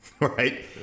right